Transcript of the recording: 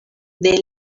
del